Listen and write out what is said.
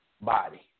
body